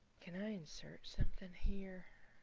can i insert something here?